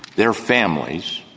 their families,